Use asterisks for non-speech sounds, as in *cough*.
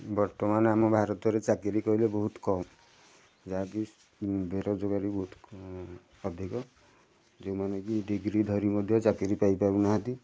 ବର୍ତ୍ତମାନ ଆମ ଭାରତରେ ଚାକିରି କହିଲେ ବହୁତ କମ୍ ଯାହାକି ବେରୋଜଗାରୀ ବହୁତ *unintelligible* ଅଧିକ ଯେଉଁମାନେ କି ଡିଗ୍ରୀ ଧରି ମଧ୍ୟ ଚାକିରି ପାଇପାରୁନାହାଁନ୍ତି